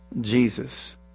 Jesus